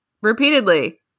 repeatedly